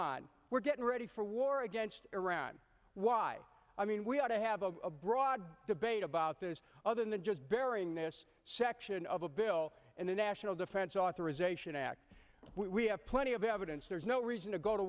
on we're getting ready for war against iran why i mean we ought to have a broad debate about this other than just burying this section of a bill in the national defense authorization act we have plenty of evidence there's no reason to go to